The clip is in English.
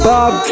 Bob